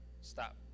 stop